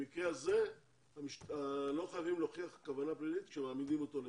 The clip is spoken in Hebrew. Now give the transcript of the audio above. במקרה הזה לא חייבים להוכיח כוונה פלילית כאשר מעמידים אותו לדין.